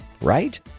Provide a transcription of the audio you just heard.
right